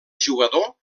jugador